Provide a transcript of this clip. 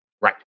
Right